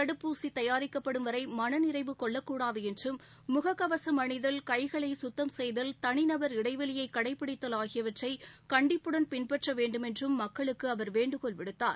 தடுப்பூசி தயாரிக்கப்படும் வரை மன நிறைவு கொள்ளக்கூடாது என்றும் முக கவசம் அணிதல் கை களை சுத்தம் செய்தல் தனிநபர் இடைவெளியை களடபிடித்தல் ஆகியவற்றை கண்டிப்புடன் பின்பற்ற வேண்டுமென்றும் மக்களுக்கு வேண்டுகோள் விடுத்தார்